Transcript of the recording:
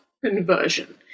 Conversion